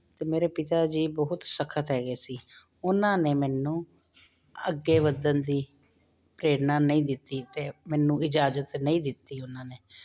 ਅਤੇ ਮੇਰੇ ਪਿਤਾ ਜੀ ਬਹੁਤ ਸਖਤ ਹੈਗੇ ਸੀ ਉਹਨਾਂ ਨੇ ਮੈਨੂੰ ਅੱਗੇ ਵਧਣ ਦੀ ਪ੍ਰੇਰਨਾ ਨਹੀਂ ਦਿੱਤੀ ਅਤੇ ਮੈਨੂੰ ਇਜਾਜ਼ਤ ਨਹੀਂ ਦਿੱਤੀ ਉਹਨਾਂ ਨੇ